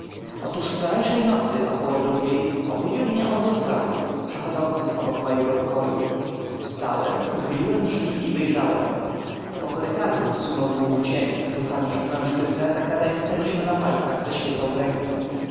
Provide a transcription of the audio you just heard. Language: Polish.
otóż wczorajszej nocy około drugiej obudził mnie odgłos kroków przechodzących obok mojego pokoju wstałem uchyliłem drzwi i wyjrzałem po korytarzu sunął długi cień rzucany przez mężczyznę zakradającego się na palcach ze świecą w ręku